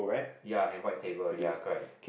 ya and white table ya correct